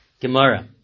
Gemara